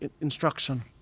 instruction